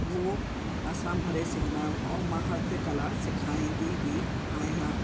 उहो असां भरे सघंदा आहियूं ऐं मां हस्तकला सेखारींदी बि आहियां